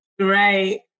Right